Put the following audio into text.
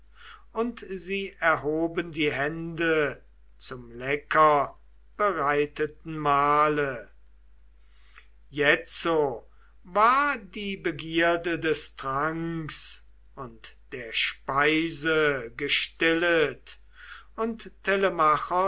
und sie erhoben die hände zum lecker bereiteten mahle und nachdem die begierde des tranks und der speise gestillt war